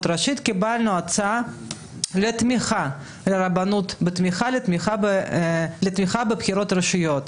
ראשית קיבלנו הצעה לתמיכה ברבנות בתמורה לתמיכה בבחירות לרשויות,